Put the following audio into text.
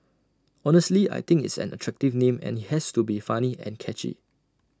honestly I think it's an attractive name and IT has to be funny and catchy